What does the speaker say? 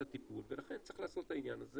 הטיפול ולכן צריך לעשות את העניין הזה